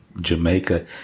Jamaica